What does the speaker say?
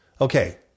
Okay